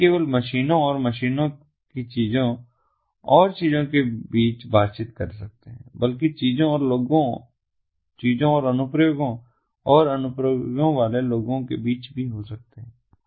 वे न केवल मशीनों और मशीनों की चीजों और चीजों के बीच बातचीत कर सकते हैं बल्कि चीजों और लोगों चीजों और अनुप्रयोगों और अनुप्रयोगों वाले लोगों के बीच भी हो सकते हैं